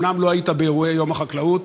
אומנם לא היית באירועי יום החקלאות,